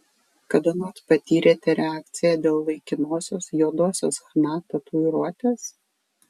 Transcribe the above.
kada nors patyrėte reakciją dėl laikinosios juodosios chna tatuiruotės